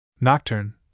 Nocturne